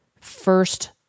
first